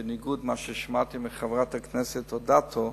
בניגוד למה ששמעתם מחברת הכנסת אדטו,